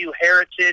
Heritage